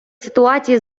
ситуації